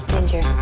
Ginger